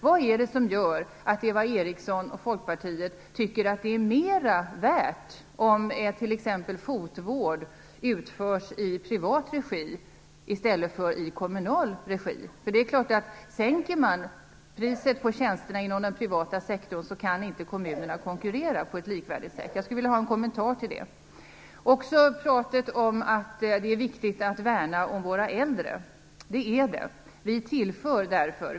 Vad är det som gör att Eva Eriksson och Folkpartiet tycker att det är mera värt om t.ex. fotvård utförs i privat regi i stället för i kommunal regi? Om man sänker priset på tjänsterna inom den privata sektorn är det klart att kommunerna inte kan konkurrera på ett likvärdigt sätt. Jag skulle vilja ha en kommentar till det. Så till pratet om att det är viktigt att värna om våra äldre. Det är det.